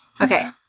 Okay